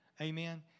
Amen